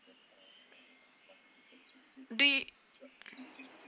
the